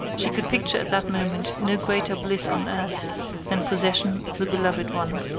she could picture at that moment no greater bliss on earth than possession of the beloved one.